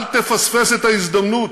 אל תפספס את ההזדמנות,